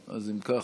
המדינה),